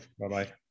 Bye-bye